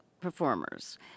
performers